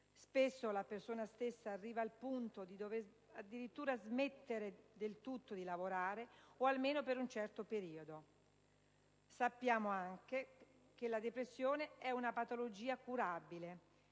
spesso la persona arriva al punto di dover addirittura smettere del tutto di lavorare, almeno per un certo periodo. Sappiamo anche che la depressione è una patologia curabile: